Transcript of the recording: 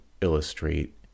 illustrate